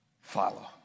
follow